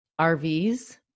RVs